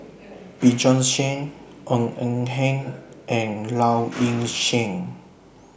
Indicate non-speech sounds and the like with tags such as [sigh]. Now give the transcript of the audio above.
[noise] [noise] Bjorn Shen Ng Eng Hen and Low [noise] Ing Sing